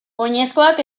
oinezkoak